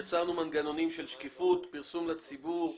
יצרנו מנגנונים של שקיפות, פרסום לציבור,